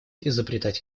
изобретать